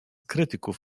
krytyków